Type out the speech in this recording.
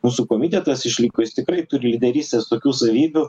mūsų komitetas išliko jis tikrai turi lyderystės tokių savybių